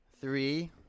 Three